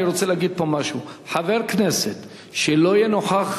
אני רוצה להגיד פה משהו: חבר כנסת שלא יהיה נוכח